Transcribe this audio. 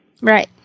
Right